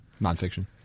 nonfiction